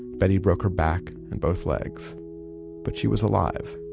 betty broke her back and both legs but she was alive.